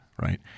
right